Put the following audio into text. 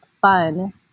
fun